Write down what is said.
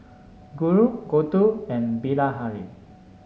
Guru Gouthu and Bilahari